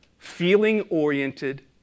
feeling-oriented